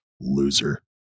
loser